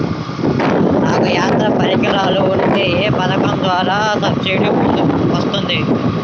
నాకు యంత్ర పరికరాలు ఉంటే ఏ పథకం ద్వారా సబ్సిడీ వస్తుంది?